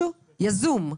אין שום בעיה.